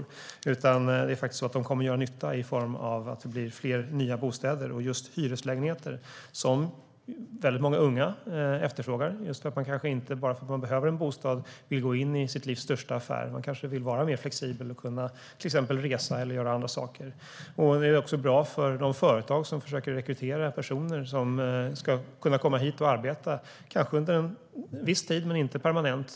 I stället kommer de att göra nytta i form av att det blir fler nya bostäder, just hyreslägenheter som väldigt många unga efterfrågar, eftersom man kanske inte vill gå in i sitt livs största affär bara för att man behöver en bostad. Man kanske vill vara mer flexibel och kunna till exempel resa eller göra andra saker. Det är också bra för de företag som försöker rekrytera personer som ska kunna komma hit och arbeta, kanske inte permanent utan bara under en viss tid.